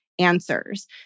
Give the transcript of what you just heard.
answers